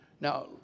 Now